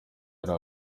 yari